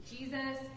Jesus